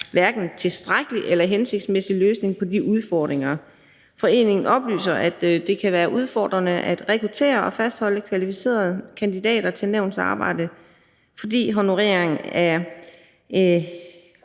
være en tilstrækkelig eller hensigtsmæssig løsning på de udfordringer. Foreningen oplyser, at det kan være udfordrende at rekruttere og fastholde kvalificerede kandidater til nævnets arbejde, fordi honoreringen er